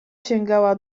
sięgała